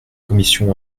commission